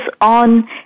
on